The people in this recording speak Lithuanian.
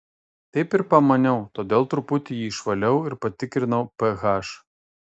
taip ir pamaniau todėl truputį jį išvaliau ir patikrinau ph